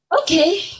Okay